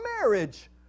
marriage